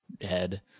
head